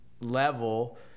level